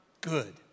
good